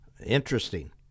interesting